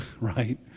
right